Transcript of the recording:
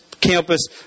campus